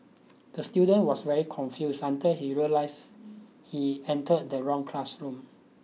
the student was very confused until he realised he entered the wrong classroom